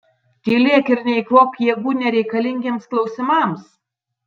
tylėk ir neeikvok jėgų nereikalingiems klausimams